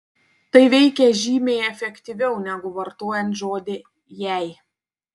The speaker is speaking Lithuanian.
tai veikia žymiai efektyviau negu vartojant žodį jei